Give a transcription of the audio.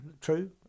true